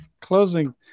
closing